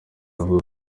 avuga